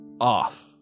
off